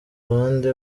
uruhande